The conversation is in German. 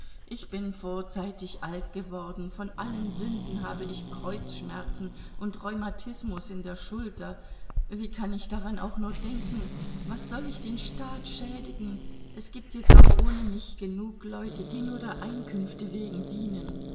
ich bin vorzeitig alt geworden von alten sünden habe ich kreuzschmerzen und rheumatismus in der schulter wie kann ich daran auch nur denken was soll ich den staat schädigen es gibt jetzt auch ohne mich genug leute die nur der einkünfte wegen dienen